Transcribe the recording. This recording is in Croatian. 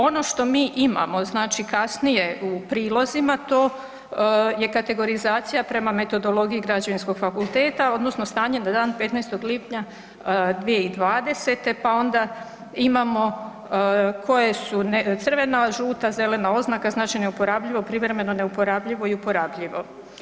Ono što mi imamo znači kasnije u prilozima, to je kategorizacija prema metodologiji Građevinskog fakulteta odnosno stanje na dan 15. lipnja 2020. pa onda imamo koje su crvena, žuta, zelena oznaka znači neuporabljivo, privremeno neuporabljivo i uporabljivo.